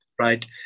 right